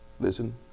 Listen